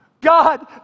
God